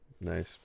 Nice